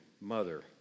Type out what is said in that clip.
mother